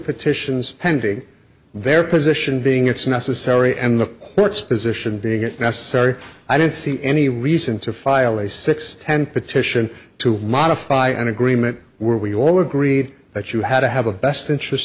petitions pending their position being it's necessary and the courts position being it necessary i don't see any reason to file a six ten petition to modify an agreement where we all agreed that you had to have a best interest